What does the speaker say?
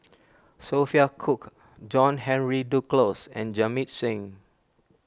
Sophia Cooke John Henry Duclos and Jamit Singh